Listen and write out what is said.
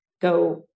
go